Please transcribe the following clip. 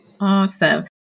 awesome